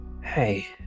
Hey